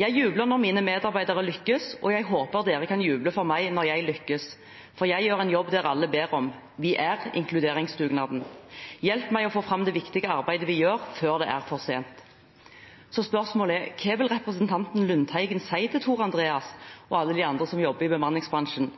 Jeg jubler når mine medarbeidere lykkes, og jeg håper dere kan juble for meg når jeg lykkes, for jeg gjør en jobb dere alle ber om – vi er inkluderingsdugnaden. Hjelp meg å få fram det viktige arbeidet vi gjør, før det er for sent. Spørsmålet er: Hva vil representanten Lundteigen si til Tor Andreas og alle de andre som jobber i bemanningsbransjen?